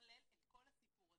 זה